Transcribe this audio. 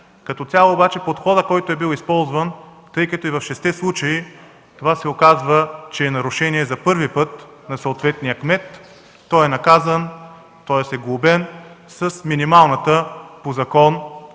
Като цяло обаче подходът, който е бил използван, тъй като и в шестте случая се оказва, че е нарушение за първи път на съответния кмет, той е наказан – глобен е с минималната по закон санкция,